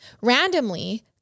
Randomly